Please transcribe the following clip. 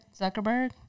Zuckerberg